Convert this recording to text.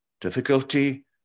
difficulty